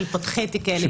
של פותחי תיקי עלייה?